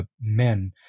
men